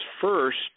first